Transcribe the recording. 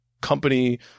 company